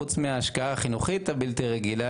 חוץ מהשקעה החינוכית הבלתי רגילה,